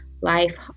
life